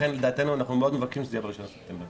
לכן לדעתנו אנחנו מאוד מבקשים שזה יהיה ב-1 בספטמבר.